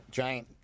giant